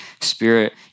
Spirit